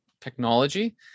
technology